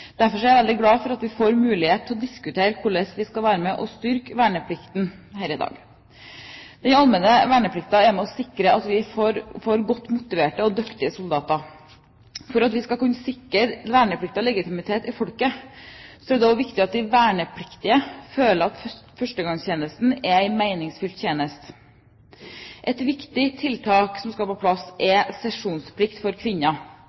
Derfor er jeg veldig glad for at vi her i dag får mulighet til å diskutere hvordan vi skal være med og styrke verneplikten. Den allmenne verneplikten er med på å sikre at vi får godt motiverte og dyktige soldater. For at vi skal kunne sikre verneplikten legitimitet i folket, er det også viktig at de vernepliktige føler at førstegangstjenesten er en meningsfylt tjeneste. Et viktig tiltak som skal på plass, er sesjonsplikt for kvinner.